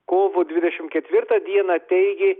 kovo dvidešimt ketvirtą dieną teigė